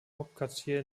hauptquartier